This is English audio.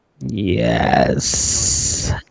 Yes